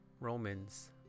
Romans